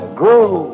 grow